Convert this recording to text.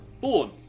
Born